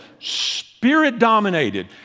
spirit-dominated